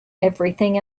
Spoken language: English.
everything